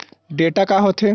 Data का होथे?